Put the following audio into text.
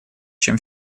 чем